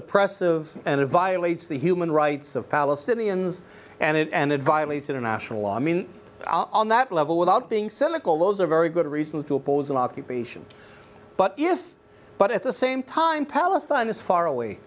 oppressive and it violates the human rights of palestinians and it violates international law i mean on that level without being cynical those are very good reasons to oppose an occupation but if but at the same time palestine is far away